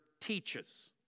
teaches